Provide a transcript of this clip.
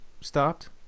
stopped